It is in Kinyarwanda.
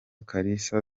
kalisa